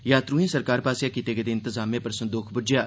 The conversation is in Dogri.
यात्रुएं सरकार पास्सेआ कीते गेदे इंतजामें पर संदोख बुज्झेआ